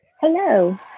Hello